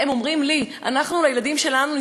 הם אומרים לי: אנחנו, לילדים שלנו נדאג.